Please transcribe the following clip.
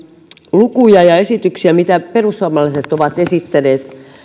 lukuja ja esityksiä mitä perussuomalaiset ovat esittäneet